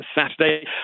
Saturday